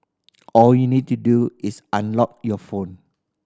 all you'll need to do is unlock your phone